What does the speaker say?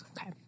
Okay